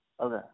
Okay